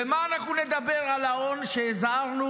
ומה אנחנו נגיד על האון שהזהרנו?